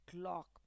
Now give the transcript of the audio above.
clock